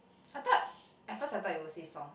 I thought at first I thought you will say song